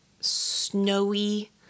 snowy